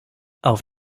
auf